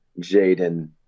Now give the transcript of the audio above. Jaden